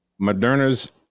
Moderna's